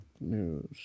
news